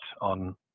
on